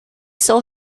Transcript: saw